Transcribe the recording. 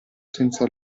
senza